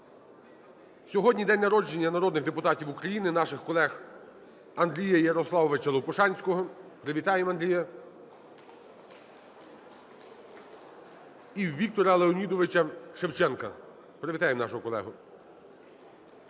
Сьогодні день народження народних депутатів України, наших колег, Андрія Ярославовича Лопушанського (привітаємо Андрія) і Віктора Леонідовича Шевченка (привітаємо нашого колегу).